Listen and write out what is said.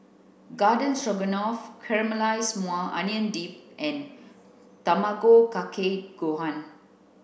Garden Stroganoff Caramelized Maui Onion Dip and Tamago Kake Gohan